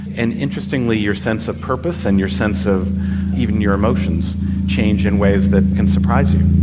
and interestingly your sense of purpose and your sense of even your emotions change in ways that can surprise you.